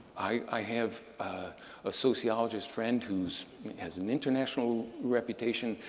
i have a sociologist friend who's has an international reputation,